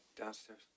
downstairs